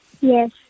Yes